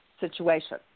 situation